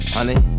Honey